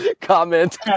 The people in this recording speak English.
comment